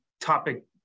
topic